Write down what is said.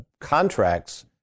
contracts